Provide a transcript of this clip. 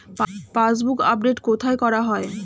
Passbook update কোথায় করা হয়?